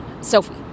Sophie